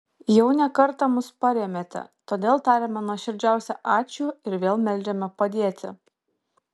jau ne kartą mus parėmėte todėl tariame nuoširdžiausią ačiū ir vėl meldžiame padėti